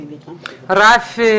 רפי